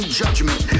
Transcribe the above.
judgment